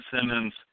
Simmons